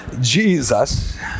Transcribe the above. Jesus